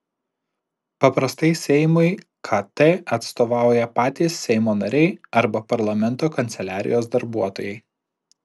paprastai seimui kt atstovauja patys seimo nariai arba parlamento kanceliarijos darbuotojai